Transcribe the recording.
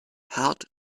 had